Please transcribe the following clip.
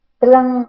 talang